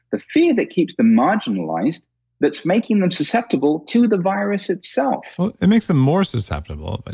the fear that keeps them marginalized that's making them susceptible to the virus itself it makes them more susceptible. but